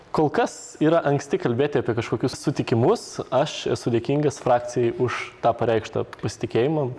kol kas yra anksti kalbėti apie kažkokius sutikimus aš esu dėkingas frakcijai už tą pareikštą pasitikėjimą